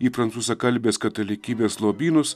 į prancūzakalbės katalikybės lobynus